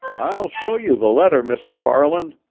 i'll show you the letter, mr. farland.